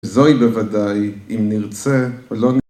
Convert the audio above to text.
וזוהי בוודאי אם נרצה או לא נרצה